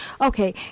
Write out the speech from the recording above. Okay